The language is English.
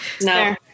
No